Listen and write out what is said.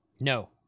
No